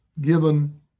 given